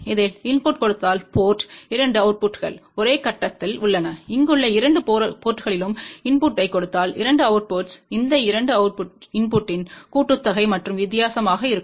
இதில் இன்புட் கொடுத்தால் போர்ட் 2 அவுட்புட்கள் ஒரே கட்டத்தில் உள்ளன இங்குள்ள இரண்டு போர்ட்ங்களிலும் இன்புட்டைக் கொடுத்தால் 2 அவுட்புட்கள் இந்த 2 இன்புட்டின் கூட்டுத்தொகை மற்றும் வித்தியாசமாக இருக்கும்